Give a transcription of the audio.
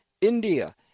India